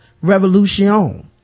Revolution